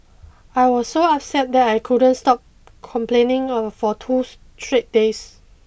I was so upset that I couldn't stop complaining for two straight days